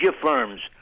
firms